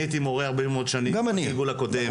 הייתי מורה הרבה מאוד שנים בגלגול הקודם.